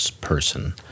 person